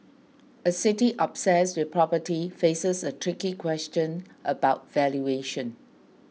a city obsessed with property faces a tricky question about valuation